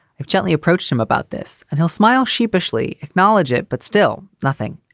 i've gently approached him about this and he'll smile sheepishly acknowledge it, but still nothing.